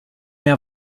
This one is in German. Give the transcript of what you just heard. mehr